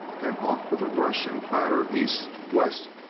and off with a rush and clatter east, west,